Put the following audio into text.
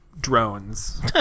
drones